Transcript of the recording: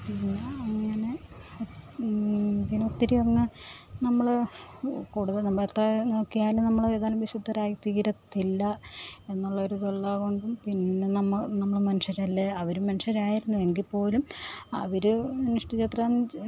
പിന്നെ അങ്ങനെ ഇതിനൊത്തിരി അങ്ങ് നമ്മൾ കൂടുതല് മുൻപത്തെ നോക്കിയാൽ നമ്മൾ ഏതാനും വിശുദ്ധരായിത്തീരത്തില്ല എന്നുള്ള ഒരിതുള്ളത് കൊണ്ടും പിന്നെ നമ്മ നമ്മൾ മനുഷ്യരല്ലേ അവരും മനുഷ്യരായിരുന്നു എങ്കിൽപ്പോലും അവർ നിഷ്ടിതെത്രൻ